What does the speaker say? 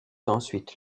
ensuite